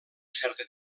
certa